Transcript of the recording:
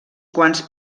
quants